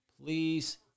please